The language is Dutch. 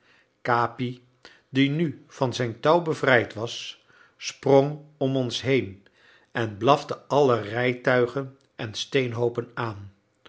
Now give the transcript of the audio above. capi die nu van zijn touw bevrijd was sprong om ons heen en blafte alle rijtuigen en steenhoopen aan